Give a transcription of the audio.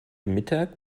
mittag